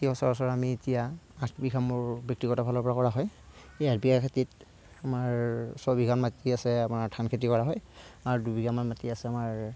খেতি সচৰাচৰ আমি এতিয়া আঠ বিঘা মোৰ ব্যক্তিগত ফালৰপৰা কৰা হয় এই আঠ বিঘা খেতিত আমাৰ ছয় বিঘা মাটি আছে আমাৰ ধান খেতি কৰা হয় আৰু দুই বিঘামান মাটি আছে আমাৰ